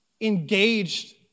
engaged